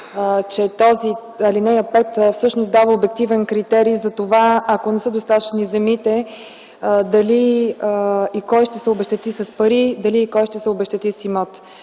че ал. 5 всъщност дава обективен критерий за това, ако не са достатъчно земите, дали и кой ще се обезщети с пари и дали и кой ще се обезщети с имот.